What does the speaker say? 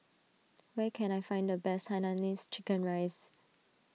where can I find the best Hainanese Chicken Rice